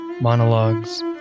monologues